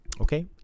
okay